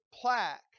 plaque